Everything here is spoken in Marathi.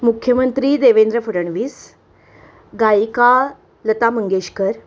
मुख्यमंत्री देवेंद्र फडणवीस गायिका लता मंगेशकर